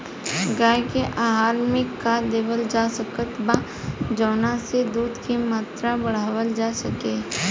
गाय के आहार मे का देवल जा सकत बा जवन से दूध के मात्रा बढ़ावल जा सके?